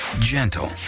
gentle